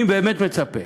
אני באמת מצפה